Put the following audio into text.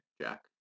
Jack